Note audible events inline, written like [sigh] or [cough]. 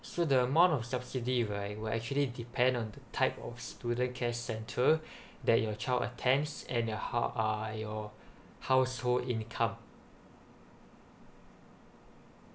so the amount of subsidy right will actually depend on the type of student care centre [breath] that your child attends and the your house~ uh your [breath] household income